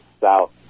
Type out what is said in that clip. South